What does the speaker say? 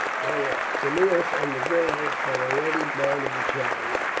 farewell! cneius and the girl had already mounted the chariot,